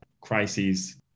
crises